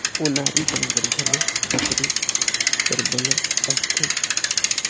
ओनारी नांगर घलो लकरी कर बनल रहथे